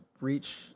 reach